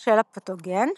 של הפתוגן.